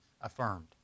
affirmed